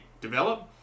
develop